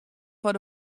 foar